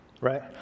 right